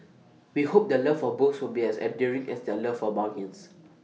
we hope their love for books will be as enduring as their love for bargains